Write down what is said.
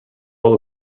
all